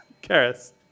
Karis